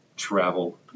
travel